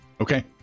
okay